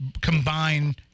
combine